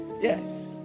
yes